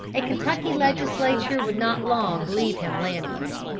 a kentucky legislature would not long leave him landless.